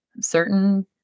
certain